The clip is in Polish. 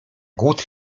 głód